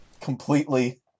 completely